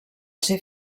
ser